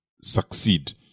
succeed